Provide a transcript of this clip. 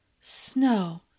Snow